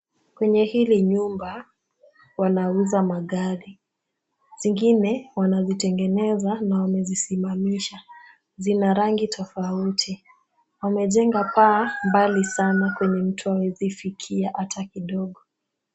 Kwenye hili nyumba wanauza magari. Zingine wanazitengeneza na wamezisimamisha. Zina rangi tofauti. Wamejenga paa mbali sana kwenye mtu hawezi fikia ata kidogo.